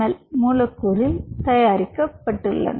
L மூலக்கூறில் தயாரிக்கப்படுகின்றன